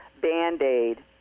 Band-Aid